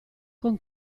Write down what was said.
con